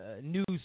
news